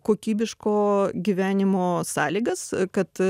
kokybiško gyvenimo sąlygas kad